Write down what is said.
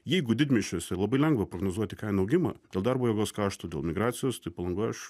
jeigu didmiesčiuose labai lengva prognozuoti kainų augimą dėl darbo jėgos kaštų dėl migracijos tai palangoj aš